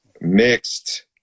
mixed